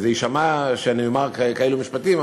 זה יישמע שאני אומר כאלו משפטים?